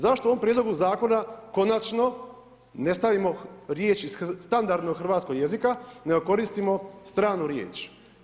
Zašto u ovom Prijedlogu zakona konačno ne stavimo riječ iz standardnog Hrvatskog jezika, nego koristima stranu riječ.